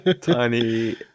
tiny